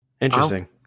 Interesting